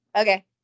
okay